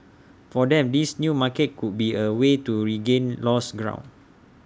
for them this new market could be A way to regain lost ground